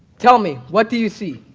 tell me, what do you see?